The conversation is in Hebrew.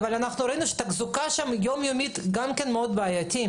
אבל ראינו שהתחזוקה היום-יומית שם גם כן בעייתית מאוד.